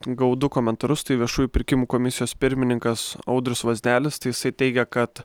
gavau du komentarus tai viešųjų pirkimų komisijos pirmininkas audrius vazdelis tai jisai teigia kad